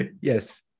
yes